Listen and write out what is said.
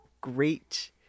great